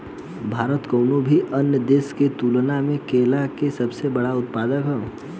भारत कउनों भी अन्य देश के तुलना में केला के सबसे बड़ उत्पादक ह